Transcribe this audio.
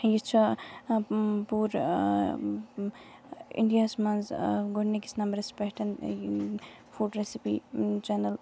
یہِ چھے پورٕ اِنڈیا ہَس منٛز گۄڑنِکِس نَمبرَس پٮ۪ٹھ فُڈ ریسِپی چَنل